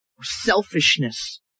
selfishness